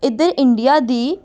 ਇੱਧਰ ਇੰਡੀਆ ਦੀ